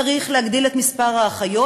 צריך להגדיל את מספר האחיות,